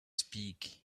speak